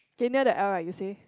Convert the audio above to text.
k near the l uh you say